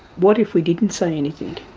what if we didn't say anything,